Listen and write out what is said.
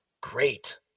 great